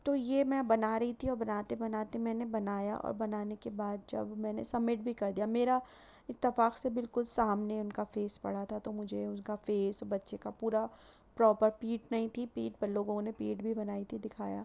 تو یہ میں بنا رہی تھی اور بناتے بناتے میں نے بنایا اور بنانے کے بعد جب میں نے سبمٹ بھی کر دیا میرا اتفاق سے بالکل سامنے ان کا فیس پڑا تھا تو مجھے ان کا فیس بچے کا پورا پروپر پیٹھ نہیں تھی پیٹھ پر لوگوں نے پیٹھ بھی بنائی تھی دکھایا